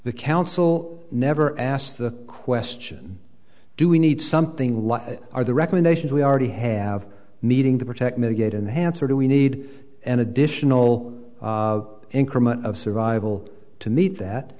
the council never asked the question do we need something like are the recommendations we already have meeting the protect mitigate inhance or do we need an additional increment of survival to meet that